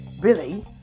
Billy